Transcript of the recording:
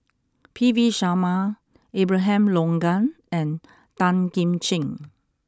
P V Sharma Abraham Logan and Tan Kim Ching